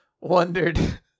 wondered